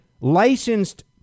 licensed